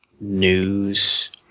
news